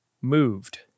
moved